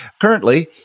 Currently